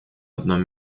одном